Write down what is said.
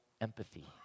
empathy